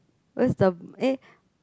what's the eh